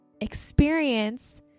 experience